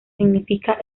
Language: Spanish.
significa